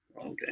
Okay